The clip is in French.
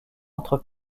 entre